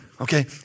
Okay